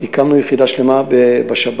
הקמנו יחידה שלמה בשב"ס,